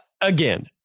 again